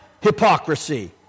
hypocrisy